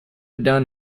done